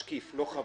משקיף, לא חבר.